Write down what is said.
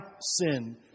sin